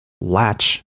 latch